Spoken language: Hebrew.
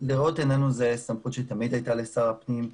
לראות עינינו זו סמכות שתמיד הייתה לשר הפנים.